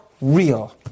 real